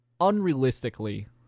unrealistically